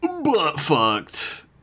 butt-fucked